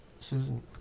Susan